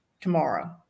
tomorrow